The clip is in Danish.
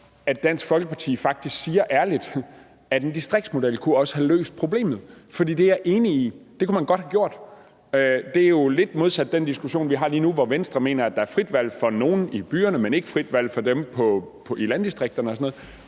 at Dansk Folkeparti faktisk ærligt siger, at en distriktsmodel også kunne have løst problemet, for det er jeg enig i man godt kunne man have gjort. Det er jo lidt modsat den diskussion, vi har lige nu, hvor Venstre mener, at der er frit valg for nogle i byerne, men ikke frit valg for dem i landdistrikterne og sådan noget.